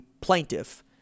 plaintiff